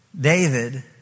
David